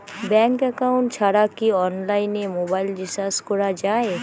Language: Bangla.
ব্যাংক একাউন্ট ছাড়া কি অনলাইনে মোবাইল রিচার্জ করা যায়?